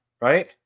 right